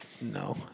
No